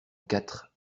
quatre